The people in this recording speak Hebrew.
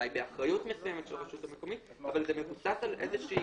אולי היא באחריות מסוימת של רשות מקומית אבל היא תחת איזו שהיא